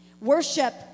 Worship